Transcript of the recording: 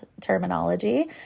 terminology